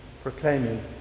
Proclaiming